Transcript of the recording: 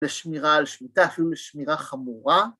‫בשמירה על שמיטה, אפילו בשמירה חמורה.